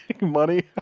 money